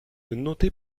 notez